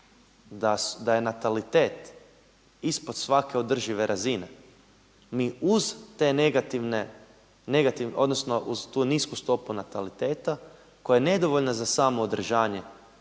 da je natalitet ispod svake održive razine, mi uz te negativne, odnosno uz tu nisku stopu nataliteta koja je nedovoljna za samo održanje